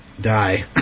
die